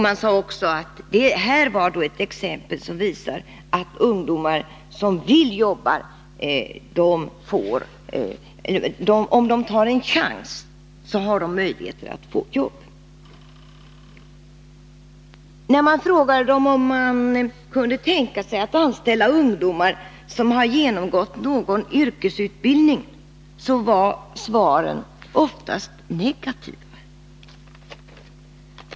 Man sade också att det här var ett exempel som visade att ungdomar som vill jobba har möjligheter att få ett jobb om de tar chansen. När man frågade företagarna om de kunde tänka sig att anställa ungdomar som har genomgått någon yrkesutbildning var svaren oftast negativa.